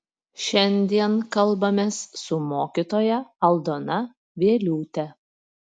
šiandien kalbamės su mokytoja aldona vieliūte